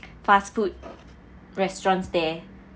fast food restaurants there